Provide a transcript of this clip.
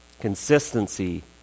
Consistency